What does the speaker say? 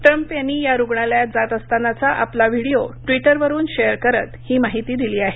Trump यांनी या रुग्णालयात जात असतानाचा आपला व्हिडिओ ट्विटरवरून शेअर करत ही माहिती दिली आहे